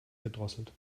gedrosselt